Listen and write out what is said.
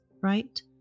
right